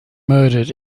murdered